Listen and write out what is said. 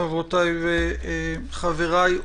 חברותיי וחבריי,